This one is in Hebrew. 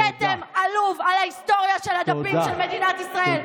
כתם עלוב על ההיסטוריה של הדפים של מדינת ישראל,